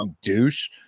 douche